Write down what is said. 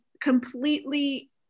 completely